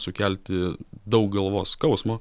sukelti daug galvos skausmo